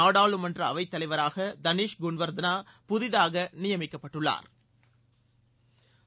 நாடாளுமன்ற அவைத் தலைவராக தனீஷ் குள்வா்தனா புதிதாக நியமிக்கப்பட்டுள்ளாா்